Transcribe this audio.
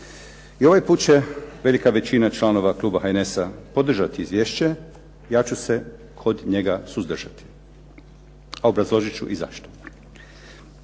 I ovaj put će velika većina članova kluba HNS-a podržati izvješće, ja ću se od njega suzdržati. Obrazložit ću i zašto.